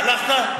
הלכת?